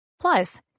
plus